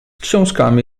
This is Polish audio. książkami